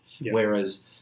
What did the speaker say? Whereas